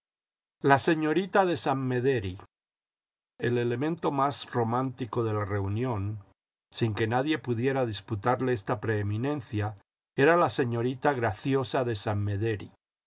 la señorita de san mederi el elemento más romántico de la reunión sin que nadie pudiera disputarle esta preeminencia era la señorita graciosa de san mederi